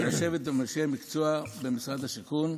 לשבת עם אנשי המקצוע במשרד השיכון,